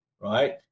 right